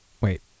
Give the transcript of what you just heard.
Wait